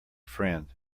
friend